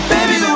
Baby